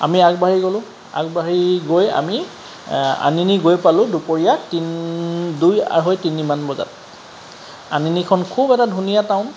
আমি আগবাঢ়ি গলোঁ আগবাঢ়ি গৈ আমি আনিনি গৈ পালোঁ দুপৰীয়া তিন দুই আঢ়ৈ তিনিমান বজাত আনিনিখন খুব এটা ধুনীয়া টাউন